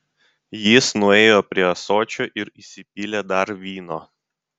jis nuėjo prie ąsočio ir įsipylė dar vyno